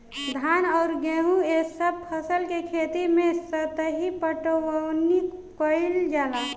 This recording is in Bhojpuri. धान अउर गेंहू ए सभ फसल के खेती मे सतही पटवनी कइल जाला